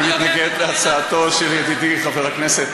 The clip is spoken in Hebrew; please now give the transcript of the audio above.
אני מתנגד להצעתו של ידידי חבר הכנסת